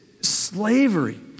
slavery